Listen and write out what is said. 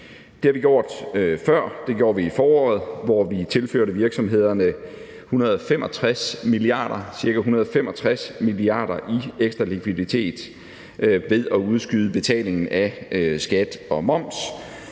Det har vi gjort før – det gjorde vi i foråret, hvor vi tilførte virksomhederne ca. 165 mia. kr. i ekstra likviditet ved at udskyde betalingen af skat og moms,